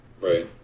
Right